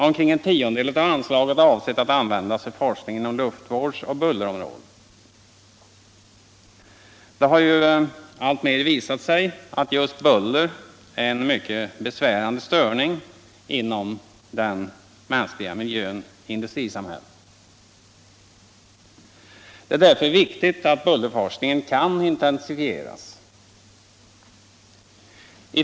Omkring en tiondel av anslaget är avsett att användas för forskning inom luftvårdsoch bullerområdet. Det har ju alltmer visat sig att just buller är en mycket besvärande störning inom den mänskliga miljön i industrisamhället. Det är därför viktigt att bullerforskningen kan intensifieras.